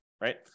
right